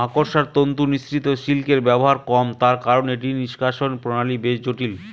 মাকড়সার তন্তু নিঃসৃত সিল্কের ব্যবহার কম তার কারন এটি নিঃষ্কাষণ প্রণালী বেশ জটিল